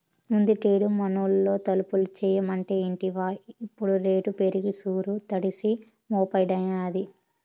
ముందుటేడు మనూళ్లో తలుపులు చేయమంటే ఇంటివా ఇప్పుడు రేటు పెరిగి సూరు తడిసి మోపెడైనాది